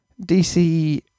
DC